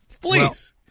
please